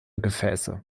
gefäße